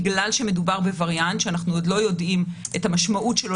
בגלל שמדובר בווריאנט שאנחנו עוד לא יודעים את המשמעות שלו